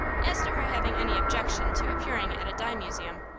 as to her having any objection to appearing at a dime museum,